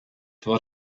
war